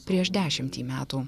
prieš dešimtį metų